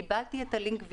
קיבלתי את הלינק,